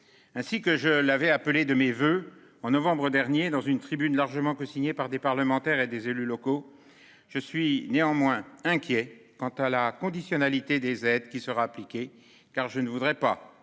Ainsi que je l'avais appelé de mes voeux en novembre dernier dans une tribune largement cosigné par des parlementaires et des élus locaux. Je suis néanmoins inquiets quant à la conditionnalité des aides qui sera appliquée car je ne voudrais pas